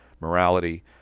morality